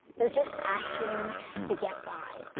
they're just asking to get by.